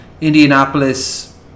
Indianapolis